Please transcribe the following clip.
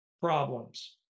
problems